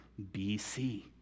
BC